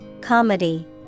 Comedy